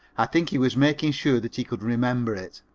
i think he was making sure that he could remember it.